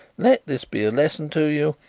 let this be a lesson to you.